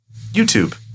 YouTube